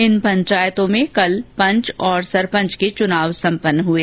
इन पंचायतों में कल पंच और सरपंच के चुनाव संपन्न हुए